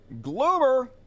Gloomer